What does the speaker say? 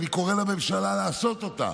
ואני קורא לממשלה לעשות אותם.